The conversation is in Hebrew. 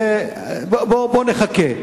בוא נחכה.